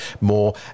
more